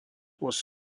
was